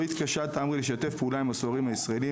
התקשה תעמרי לשתף פעולה עם הסוהרים הישראלים,